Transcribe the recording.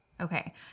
Okay